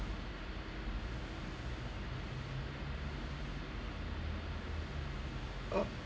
uh oh